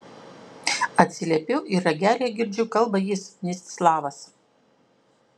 atsiliepiu ir ragelyje girdžiu kalba jis mstislavas